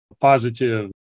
positive